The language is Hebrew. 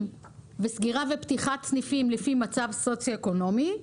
וסגירה ופתיחת סניפים לפי מצב סוציואקונומי,